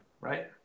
right